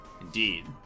Indeed